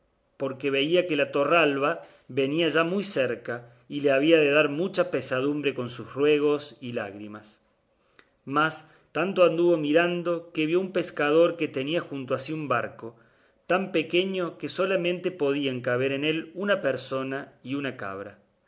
porque veía que la torralba venía ya muy cerca y le había de dar mucha pesadumbre con sus ruegos y lágrimas mas tanto anduvo mirando que vio un pescador que tenía junto a sí un barco tan pequeño que solamente podían caber en él una persona y una cabra